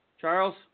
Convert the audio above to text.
Charles